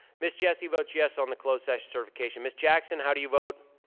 ms. jessie votes yes on the closed session certification. ms. jackson, how do you vote?